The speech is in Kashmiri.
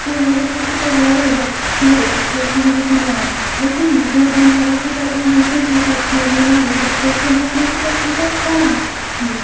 تَمہِ وَجہ سۭتۍ چھِ تَتہِ واریاہ زیادٕ کِیَر أکِس پیشَنٹَس مِلان لیکِن گورمٮ۪نٛٹ ہاسپِٹَلَس منٛز چھَنہٕ تیوٗتاہ کِیَر مِلان أکِس پیشَنٹَس نہ چھِ تَتہِ تیوٗتاہ سَنان